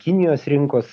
kinijos rinkos